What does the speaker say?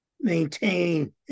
maintain